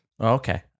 Okay